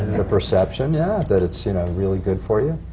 the perception yeah that it's you know really good for you.